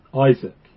Isaac